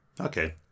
Okay